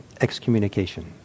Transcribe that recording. excommunication